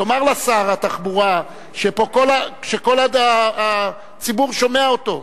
תאמר לשר התחבורה שפה כל הציבור שומע אותו.